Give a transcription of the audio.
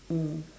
mm